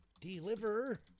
deliver